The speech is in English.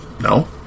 No